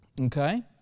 okay